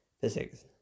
Physics